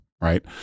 right